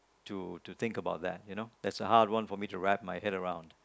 to to think about that you know that's a hard one for me to wrap my head around